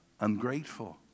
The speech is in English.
Ungrateful